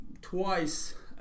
twice